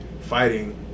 fighting